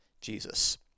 Jesus